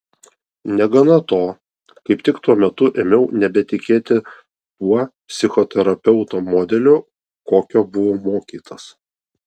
negana to kaip tik tuo metu ėmiau nebetikėti tuo psichoterapeuto modeliu kokio buvau mokytas